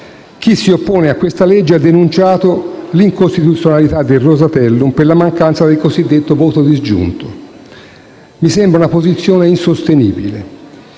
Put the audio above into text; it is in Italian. chi si oppone a questa legge ha denunciato la presunta incostituzionalità del Rosatellum per la mancanza del cosiddetto voto disgiunto. Mi sembra, però, una posizione insostenibile.